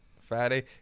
Friday